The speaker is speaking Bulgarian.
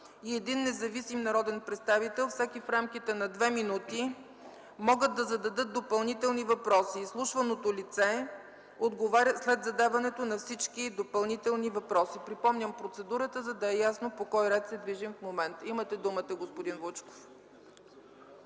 и един независим народен представител, всеки в рамките на две минути, могат да зададат допълнителни въпроси. Изслушваното лице отговаря след задаването на всички допълнителни въпроси.” Припомням процедурата, за да е ясно по кой ред се движим в момента. Имате думата, господин Вучков.